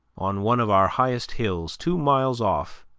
on one of our highest hills, two miles off,